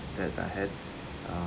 that I had uh